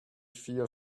feel